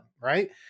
Right